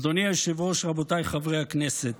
אדוני היושב-ראש, רבותיי חברי הכנסת,